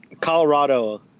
Colorado